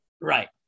Right